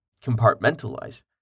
compartmentalize